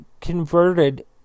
converted